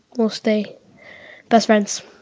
we'll stay best friends